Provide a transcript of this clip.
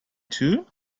too